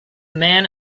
man